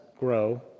Grow